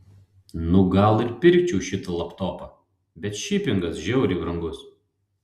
nu gal ir pirkčiau šitą laptopą bet šipingas žiauriai brangus